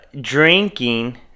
drinking